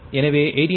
எனவே 89